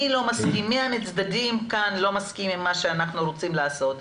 מי מהצדדים כאן לא מסכים עם מה שאנחנו רוצים לעשות,